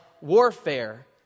warfare